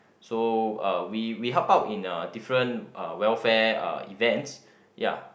so uh we we help out in uh different uh welfare uh events ya